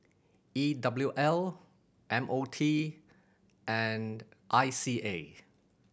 E W L M O T and I C A